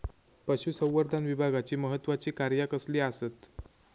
पशुसंवर्धन विभागाची महत्त्वाची कार्या कसली आसत?